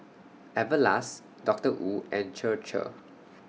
Everlast Doctor Wu and Chir Chir